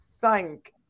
thank